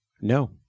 No